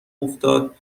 افتاد